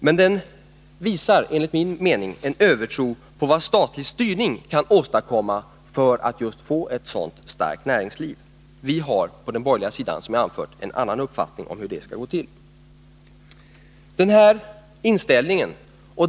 Den är snarare ett uttryck för en övertro på att statlig styrning kan åstadkomma ett sådant starkt näringsliv. På den borgerliga sidan har vi en annan uppfattning om hur det skall gå till.